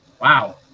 Wow